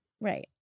Right